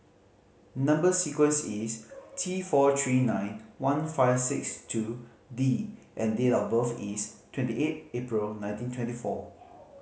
number sequence is T four three nine one five six two D and date of birth is twenty eight April nineteen twenty four